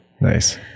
Nice